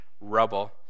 rubble